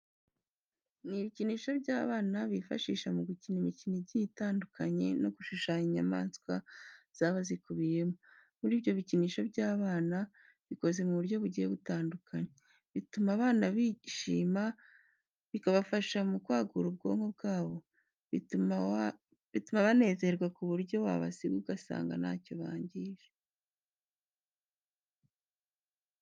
Ni ibikinisho by'abana bifashisha mu gukina imikino igiye itandukanye no gushushanya inyamatswa zaba zikubiyemo. Muri ibyo bikinisho by'abana bikoze mu buryo bugiye butandukanye bituma abana bishima bikabafasha mu kwagura ubwonko bwabo bituma banezerwa ku buryo wabasiga ugasanga ntacyo bangije.